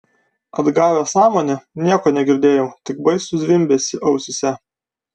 atgavęs sąmonę nieko negirdėjau tik baisų zvimbesį ausyse